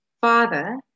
Father